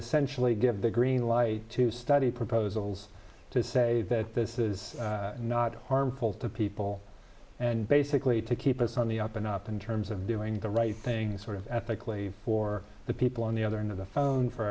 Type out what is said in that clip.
essentially give the green light to study proposals to say that this is not harmful to people and basically to keep us on the up and up in terms of doing the right thing sort of ethically for the people on the other end of the phone for